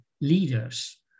leaders